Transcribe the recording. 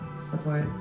support